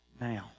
now